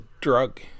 drug